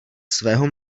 svého